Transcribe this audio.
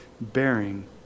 bearing